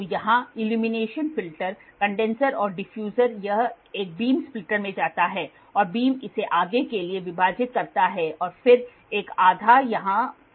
तो यहां illumination filter condenser और डिफ्यूज़र यह एक बीम स्प्लिटर में जाता है बीम इसे आगे के लिए विभाजित करता है और फिर एक आधा यहां जाता है